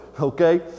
Okay